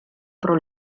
pro